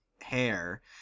hair